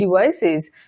devices